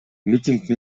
митинг